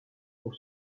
pour